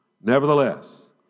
Nevertheless